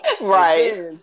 Right